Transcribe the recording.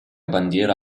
bandiera